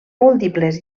múltiples